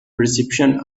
reception